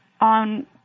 on